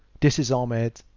this is ahmad,